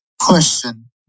Question